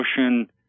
motion